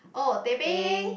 oh teh peng